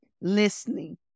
listening